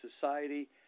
society